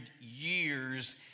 years